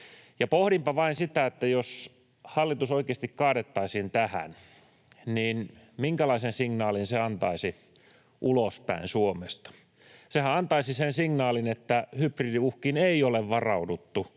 pohdinpa vain sitä, että jos hallitus oikeasti kaadettaisiin tähän, niin minkälaisen signaalin se antaisi ulospäin Suomesta. Sehän antaisi sen signaalin, että hybridiuhkiin ei ole varauduttu